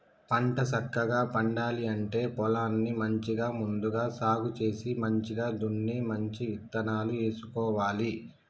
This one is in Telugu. పంట సక్కగా పండాలి అంటే పొలాన్ని మంచిగా ముందుగా సాగు చేసి మంచిగ దున్ని మంచి ఇత్తనాలు వేసుకోవాలి